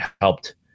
helped